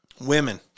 Women